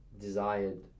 desired